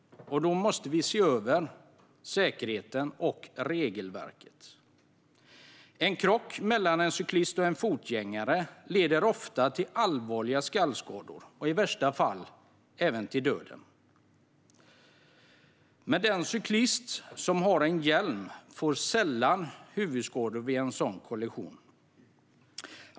Då måste vi se över säkerheten och regelverket. En krock mellan en cyklist och en fotgängare leder ofta till allvarliga skallskador och i värsta fall även till döden. Den cyklist som har hjälm får dock sällan huvudskador vid en sådan kollision.